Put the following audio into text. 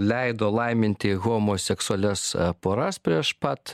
leido laiminti homoseksualias poras prieš pat